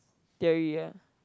theory eh